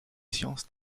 sciences